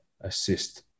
assist